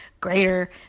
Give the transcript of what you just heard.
greater